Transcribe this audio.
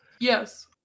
Yes